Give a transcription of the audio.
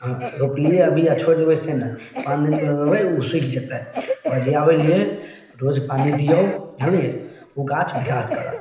हँ रोपलिए अभी आओर छोड़ि देबै से नहि पाँच दिनपर देबै ओ सुखि जेतै ओकरा जिआबै लिए रोज पानी दिऔ जानलिए ओ गाछ विकास करत